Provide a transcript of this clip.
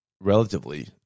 Relatively